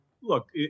look